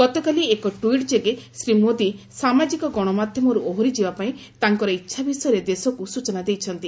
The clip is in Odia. ଗତକାଲି ଏକ ଟ୍ୱିଟ୍ ଯୋଗେ ଶ୍ରୀ ମୋଦୀ ସାମାଜିକ ଗଣମାଧ୍ୟମରୁ ଓହରି ଯିବା ପାଇଁ ତାଙ୍କର ଇଚ୍ଛା ବିଷୟରେ ଦେଶକୁ ସୂଚନା ଦେଇଛନ୍ତି